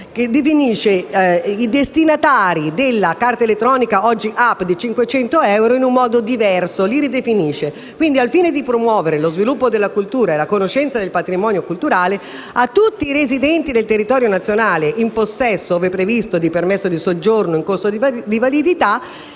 definisce i destinatari della carta elettronica del valore di 500 euro in un modo diverso. Al fine di promuovere lo sviluppo della cultura e la conoscenza del patrimonio culturale a tutti i residenti nel territorio nazionale, in possesso, ove previsto, di permesso di soggiorno in corso di validità,